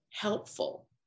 helpful